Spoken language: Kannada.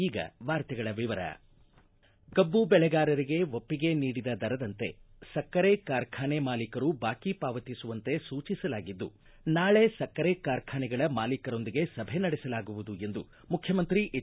ಈಗ ವಾರ್ತೆಗಳ ವಿವರ ಕಬ್ಬು ಬೆಳೆಗಾರರಿಗೆ ಒಪ್ಪಿಗೆ ನೀಡಿದ ದರದಂತೆ ಸಕ್ಕರೆ ಕಾರ್ಖಾನೆ ಮಾಲಿಕರು ಬಾಕಿ ಪಾವತಿಸುವಂತೆ ಸೂಚಿಸಲಾಗಿದ್ದು ನಾಳೆ ಸಕ್ಕರೆ ಕಾರ್ಖಾನೆಗಳ ಮಾಲಿಕರೊಂದಿಗೆ ಸಭೆ ನಡೆಸಲಾಗುವುದು ಎಂದು ಮುಖ್ಯಮಂತ್ರಿ ಎಚ್